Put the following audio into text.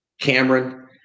Cameron